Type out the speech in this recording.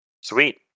Sweet